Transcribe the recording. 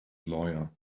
lawyer